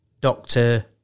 Doctor